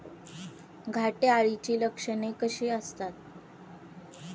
घाटे अळीची लक्षणे कशी असतात?